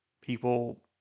people